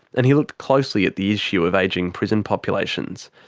and he looked closely at the issue of ageing prison populations.